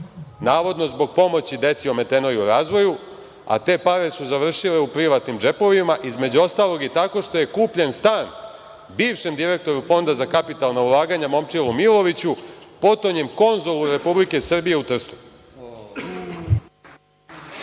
navodno zbog pomoći deci ometenoj u razvoju, a te pare su završile u privatnim džepovima, između ostalog i tako što je kupljen stan bivšem direktoru Fonda za kapitalna ulaganja Momčilu Miloviću, potonjem konzulu Republike Srbije u Trstu.